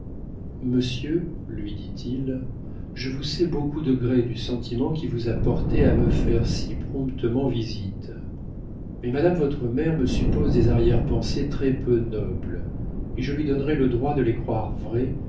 monsieur lui dit-il je vous sais beaucoup de gré du sentiment qui vous a porté à me faire si promptement visite mais madame votre mère me suppose des arrière-pensées très-peu nobles et je lui donnerais le droit de les croire vraies